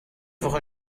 woche